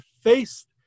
faced